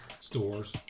stores